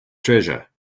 treasure